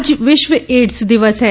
आज विश्व एड्स दिवस है